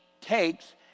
takes